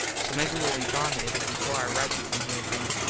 so maybe well be gone, mable, before i rite you from here again.